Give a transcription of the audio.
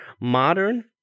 modern